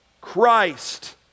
Christ